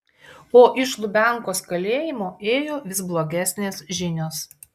o iš lubiankos kalėjimo ėjo vis blogesnės žinios